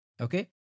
Okay